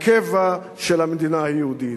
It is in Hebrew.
הקבע של המדינה היהודית,